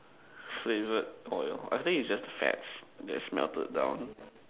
flavoured oil I think it's just fats that is melted down